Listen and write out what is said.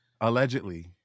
allegedly